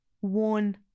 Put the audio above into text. one